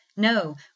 No